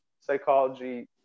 psychology